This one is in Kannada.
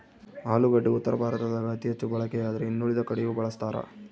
ಆಲೂಗಡ್ಡಿ ಉತ್ತರ ಭಾರತದಾಗ ಅತಿ ಹೆಚ್ಚು ಬಳಕೆಯಾದ್ರೆ ಇನ್ನುಳಿದ ಕಡೆಯೂ ಬಳಸ್ತಾರ